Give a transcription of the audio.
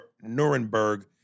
Nuremberg